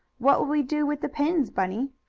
what will we do with the pins, bunny?